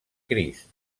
crist